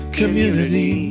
community